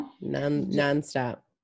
Non-stop